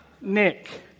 Nick